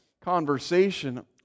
conversation